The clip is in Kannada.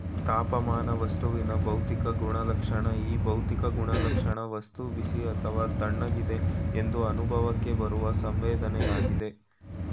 ತಾಪಮಾನ ವಸ್ತುವಿನ ಭೌತಿಕ ಗುಣಲಕ್ಷಣ ಈ ಭೌತಿಕ ಗುಣಲಕ್ಷಣ ವಸ್ತು ಬಿಸಿ ಅಥವಾ ತಣ್ಣಗಿದೆ ಎಂದು ಅನುಭವಕ್ಕೆ ಬರುವ ಸಂವೇದನೆಯಾಗಯ್ತೆ